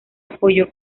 apoyó